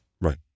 Right